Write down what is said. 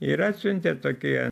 ir atsiuntė tokį